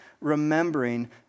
remembering